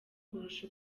kurusha